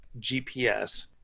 GPS